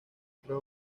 otros